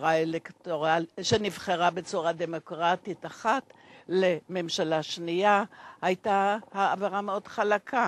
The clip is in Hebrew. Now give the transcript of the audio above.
שנבחרה בצורה דמוקרטית אחת לממשלה שנייה היה מעבר מאוד חלק.